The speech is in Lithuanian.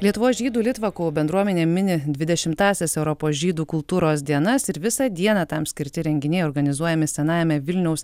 lietuvos žydų litvakų bendruomenė mini dvidešimtąsias europos žydų kultūros dienas ir visą dieną tam skirti renginiai organizuojami senajame vilniaus